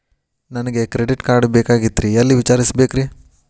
ನನಗೆ credit card ಬೇಕಾಗಿತ್ರಿ ಎಲ್ಲಿ ವಿಚಾರಿಸಬೇಕ್ರಿ?